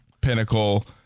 pinnacle –